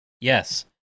Yes